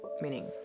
meaning